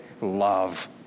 love